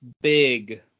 big